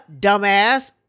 dumbass